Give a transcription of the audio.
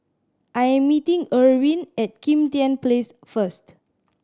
I am meeting Erwin at Kim Tian Place first